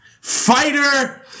Fighter